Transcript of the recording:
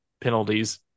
penalties